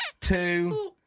two